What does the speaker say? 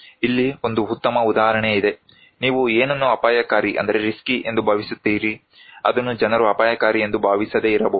ಇಲ್ಲಿ ಒಂದು ಉತ್ತಮ ಉದಾಹರಣೆ ಇದೆ ನೀವು ಏನನ್ನು ಅಪಾಯಕಾರಿ ಎಂದು ಭಾವಿಸುತ್ತೀರಿ ಅದನ್ನು ಜನರು ಅಪಾಯಕಾರಿ ಎಂದು ಭಾವಿಸದೇ ಇರಬಹುದು